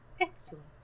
Excellent